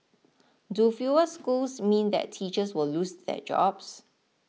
do fewer schools mean that teachers will lose their jobs